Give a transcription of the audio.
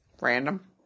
Random